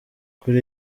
kuri